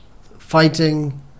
fighting